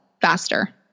faster